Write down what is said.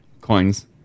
Coins